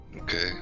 Okay